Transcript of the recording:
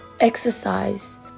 exercise